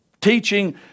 teaching